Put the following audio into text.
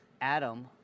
Adam